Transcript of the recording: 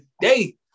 day